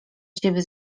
ciebie